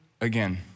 again